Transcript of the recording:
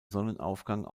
sonnenaufgang